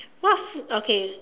what food okay